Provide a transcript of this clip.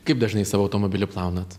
kaip dažnai savo automobilį plaunat